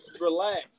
relax